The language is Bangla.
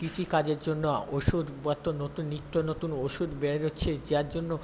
কৃষিকাজের জন্য ওষুধপত্র নতুন নিত্যনতুন ওষুধ বেরোচ্ছে যারজন্য